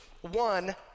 one